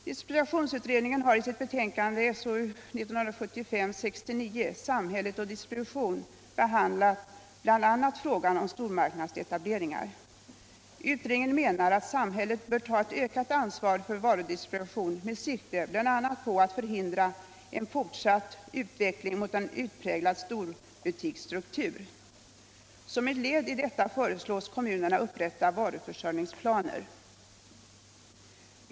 Distributionsutredningen har i sitt betänkande Samhället och distributionen behandlat bl.a. frågan om stormarknadsetableringar. Utredningen menar att samhället bör ta ett ökat ansvar för varudistributionen med sikte bl.a. på att förhindra en fortsatt utveckling mot en utpräglad storbutiksstruktur. Som ett led i detta föreslås kommunerna upprätta varuförsörjningsplaner.